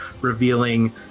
revealing